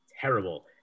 terrible